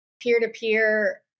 peer-to-peer